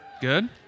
Good